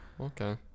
okay